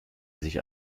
sich